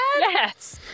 Yes